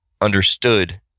understood